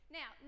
now